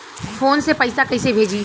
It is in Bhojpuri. फोन से पैसा कैसे भेजी?